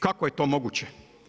Kako je to moguće?